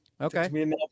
Okay